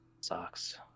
Sucks